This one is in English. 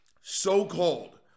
So-called